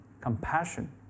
compassion